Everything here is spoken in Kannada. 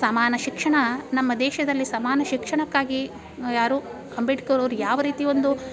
ಸಮಾನ ಶಿಕ್ಷಣ ನಮ್ಮ ದೇಶದಲ್ಲಿ ಸಮಾನ ಶಿಕ್ಷಣಕ್ಕಾಗಿ ಯಾರು ಅಂಬೇಡ್ಕರ್ ಅವರು ಯಾವ ರೀತಿ ಒಂದು